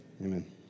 Amen